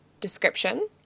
description